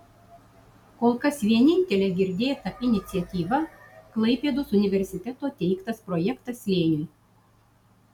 kol kas vienintelė girdėta iniciatyva klaipėdos universiteto teiktas projektas slėniui